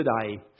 today